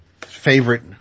favorite